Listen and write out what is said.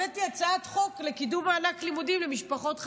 הבאתי הצעת חוק לקידום מענק לימודים למשפחות חד-הוריות.